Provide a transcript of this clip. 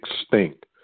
extinct